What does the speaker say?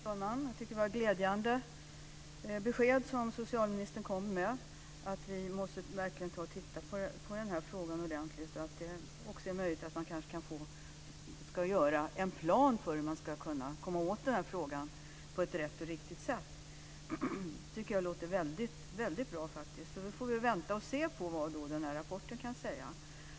Fru talman! Det var glädjande besked som socialministern kom med att vi verkligen måste titta på frågan ordentligt och att det också är möjligt att man kanske ska göra en plan för hur man ska kunna komma åt problemet på ett rätt och riktigt sätt. Det tycker jag låter väldigt bra. Vi får vänta och se vad rapporten kan säga.